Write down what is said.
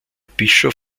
bischof